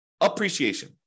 appreciation